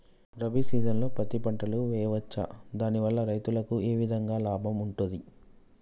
రబీ సీజన్లో పత్తి పంటలు వేయచ్చా దాని వల్ల రైతులకు ఏ విధంగా లాభం ఉంటది?